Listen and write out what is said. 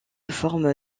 forme